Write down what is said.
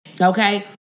Okay